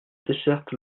desserte